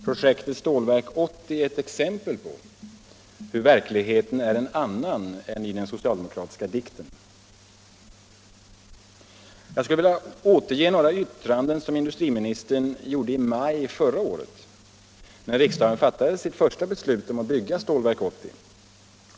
Projektet Stålverk 80 är ett exempel på hur verkligheten är en annan än den socialdemokratiska dikten. Jag skulle vilja återge några yttranden som industriministern fällde i maj förra året när riksdagen fattade sitt första beslut om att bygga Stålverk 80.